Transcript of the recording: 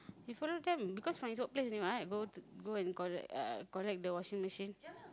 you follow them because from his workplace only right go to go and collect uh collect the washing machine